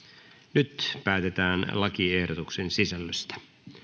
nyt päätetään lakiehdotuksen sisällöstä